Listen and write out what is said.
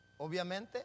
obviamente